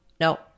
no